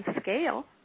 scale